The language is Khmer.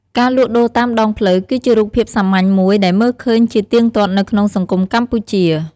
ការលក់ដូរតាមដងផ្លូវ គឺជារូបភាពសាមញ្ញមួយដែលមើលឃើញជាទៀងទាត់នៅក្នុងសង្គមកម្ពុជា។